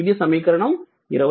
ఇది సమీకరణం 26